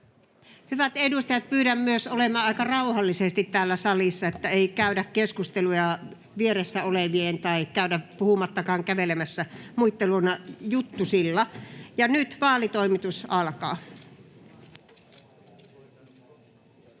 Hyvät edustajat! Pyydän myös olemaan aika rauhallisesti täällä salissa, eli ei käydä keskusteluja vieressä olevien kanssa puhumattakaan, että kävellään ja käydään muiden luona juttusilla.